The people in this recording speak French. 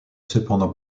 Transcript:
cependant